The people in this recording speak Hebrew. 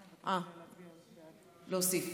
להוסיף.